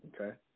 Okay